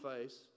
face